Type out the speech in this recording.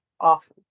Often